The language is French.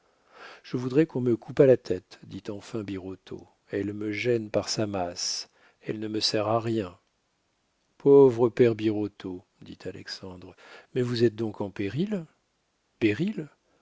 je voudrais qu'on me coupât la tête dit enfin birotteau elle me gêne par sa masse elle ne me sert à rien pauvre père birotteau dit alexandre mais vous êtes donc en péril péril